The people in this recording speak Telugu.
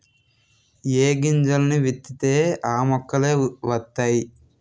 ఏ గింజల్ని విత్తితే ఆ మొక్కలే వతైయి